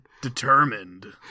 Determined